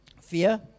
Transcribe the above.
fear